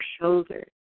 shoulders